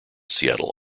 seattle